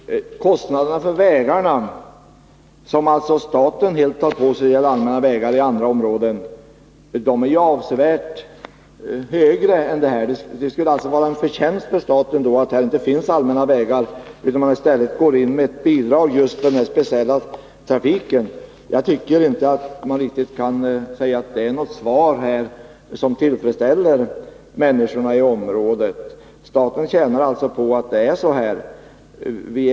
Herr talman! Kostnaderna för vägarna, som alltså staten helt tar på sig när det gäller allmänna vägar i andra områden, är avsevärt högre än här aktuella kostnader. Det skulle alltså vara en förtjänst för staten om man, när det inte finns allmänna vägar, går in med ett bidrag för den här speciella trafiken. Jag tycker inte att man kan säga att det är något svar som tillfredsställer människorna i området. Staten tjänar ju på att det är på det här sättet.